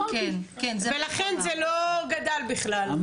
ולכן זה לא גדל בכלל.